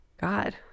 god